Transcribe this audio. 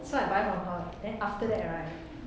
so I buy from her then after that right